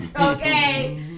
okay